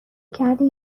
کردی